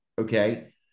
Okay